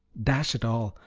dash it all,